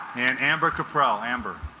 and amber caporal amber